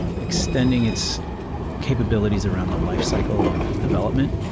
extending its capabilities around the lifecycle of development.